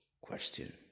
question